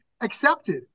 accepted